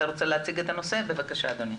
תציג את הנושא בבקשה.